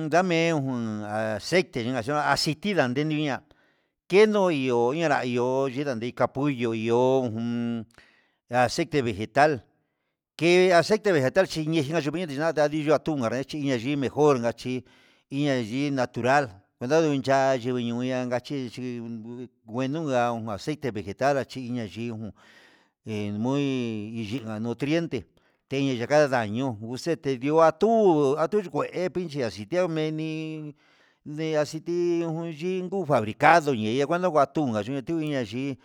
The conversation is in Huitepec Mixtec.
Un dame jun un aceite yikaxhiura ndidan nenu ña'a keno ihó nanrá ihó ho ninka ndiya pullo, yo uun aceite vegetal ke aceite vegetal chine jine ndeda tu anrei achi nayii mejór, gachi iin na yi natural ha yivii noña inka chi chí ngueno gan aceite vegetal achina yii ngun he muy nguiga nutriente deninika daño nguxete nriu atuu atuu kue kuichi aciti mini iin ni aciti nuu yin ngu fabricado ye'e nguando atunga yunatio ayii,